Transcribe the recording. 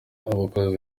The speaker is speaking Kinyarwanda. abakozi